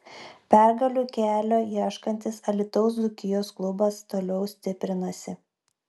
pergalių kelio ieškantis alytaus dzūkijos klubas toliau stiprinasi